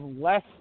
less